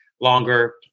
longer